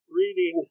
reading